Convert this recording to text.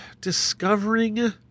discovering